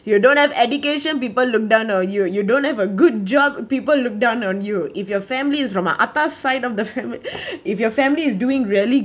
you don't have education people look down on you you don't have a good job people look down on you if your family's from a atas side of the f~ if your family is doing really